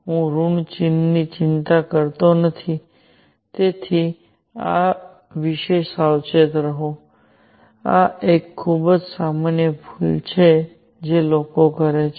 હું ઋણ ચિહ્નની ચિંતા નથી કરતો તેથી આ વિશે સાવચેત રહો આ એક ખૂબ જ સામાન્ય ભૂલ છે જે લોકો કરે છે